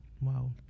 Wow